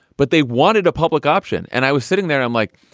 but they wanted a public option. and i was sitting there. i'm like,